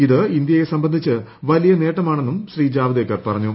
ഇത് ഇന്ത്യയെ സംബന്ധിച്ച് വലിയ നേട്ടമാണെന്ന് ശ്രീ ജാവദേക്കർ പറഞ്ഞു